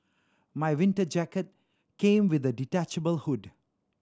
my winter jacket came with a detachable hood